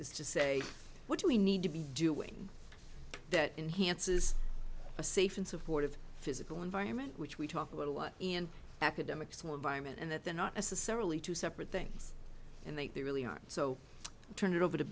is to say what do we need to be doing that enhances a safe and supportive physical environment which we talk a little what and academics we're buying and that they're not necessarily two separate things and they they really aren't so turn it over to